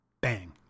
bang